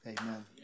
amen